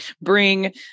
bring